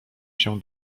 się